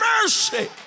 mercy